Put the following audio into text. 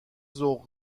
ذوق